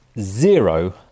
zero